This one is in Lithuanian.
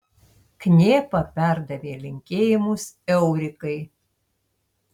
knėpa perdavė linkėjimus eurikai